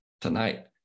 tonight